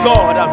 God